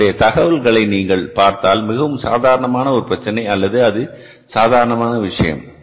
அதனுடைய தகவல்களை நீங்கள் பார்த்தால் மிகவும் சாதாரணமான ஒரு பிரச்சனை அல்லது அது ஒரு சாதாரணமான விஷயம்